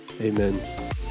amen